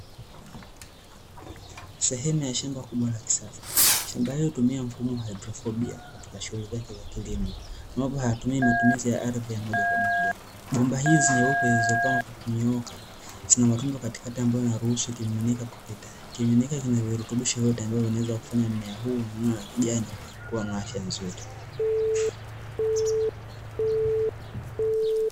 Sehemu ya shamba kubwa la kisasa shamba hilo hutumia mfumo wa haidroponi katika shughuli zake za kilimo, ambapo hayatumii matumizi ya ardhi ya moja kwa moja, bomba hizi nyeupe zilizopangwa kwa kunyooka zina matundu katikati ambayo yanaruhusu kimiminika kupita, kimiminika kina virutubisho vyote ambayo vinaweza kufanya mmea huu wa kijani kuwa na afya nzuri.